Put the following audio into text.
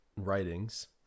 writings